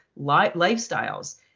lifestyles